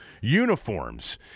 uniforms